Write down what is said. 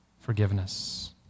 forgiveness